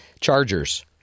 Chargers